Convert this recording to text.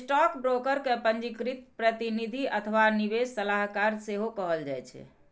stockbroker कें पंजीकृत प्रतिनिधि अथवा निवेश सलाहकार सेहो कहल जाइ छै